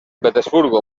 petersburgo